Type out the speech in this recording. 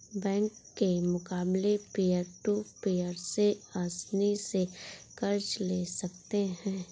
bank के मुकाबले peer to peer से आसनी से कर्ज ले सकते है